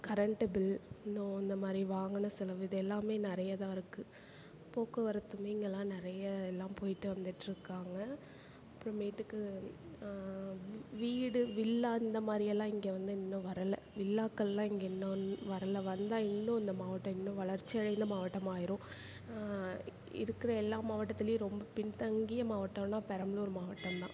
current bill இன்னும் இந்த மாதிரி வாங்கின செலவு இது எல்லாமே நிறைய தான் இருக்கு போக்குவரத்துமே இங்கெல்லாம் நிறைய எல்லாம் போயிகிட்டு வந்துகிட்டு இருக்காங்க அப்புறமேட்டுக்கு வீடு வில்லா அந்த மாதிரி எல்லாம் இங்கே வந்து இன்னும் வரலை வில்லாக்கள் எல்லாம் இங்கே இன்னும் வரலை வந்தால் இன்னும் இந்த மாவட்டம் இன்னும் வளர்ச்சி அடைந்த மாவட்டமாக ஆயிரும் இருக்கிற எல்லா மாவட்டதிலையும் ரொம்ப பின்தங்கிய மாவவட்டோனா பெரம்பலூர் மாவட்டம்தான்